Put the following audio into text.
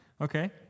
Okay